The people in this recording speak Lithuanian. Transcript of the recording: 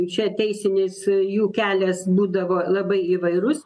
čia teisinis jų kelias būdavo labai įvairus